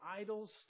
idols